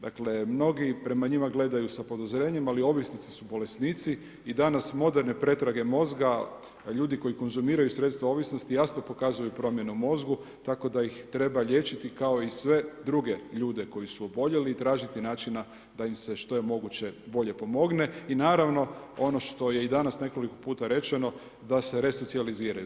Dakle, mnogi prema njima gledaju sa … ali ovisnici su bolesnici i danas moderne pretrage mozga ljudi konzumiraju sredstva ovisnosti jasno pokazuju promjene u mozgu tako da ih treba liječiti kao i sve druge ljude koji su oboljeli i tražiti načina da im se što je moguće bolje pomogne i naravno ono što je i danas nekoliko puta rečeno, da se resocijaliziraju.